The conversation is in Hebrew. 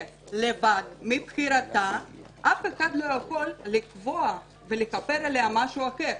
לבד מבחירתה אף אחד לא יכול לקבוע לה משהו אחר.